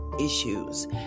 issues